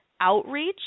outreach